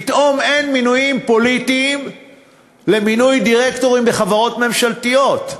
פתאום אין מינויים פוליטיים במינוי דירקטורים בחברות ממשלתיות,